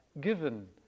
given